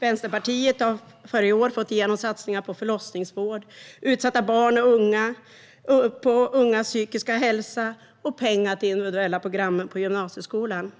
Vänsterpartiet har i år fått igenom satsningar på förlossningsvård, utsatta barn och unga, ungas psykiska hälsa och pengar till de individuella programmen på gymnasieskolan.